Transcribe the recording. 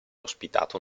ospitata